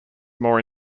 more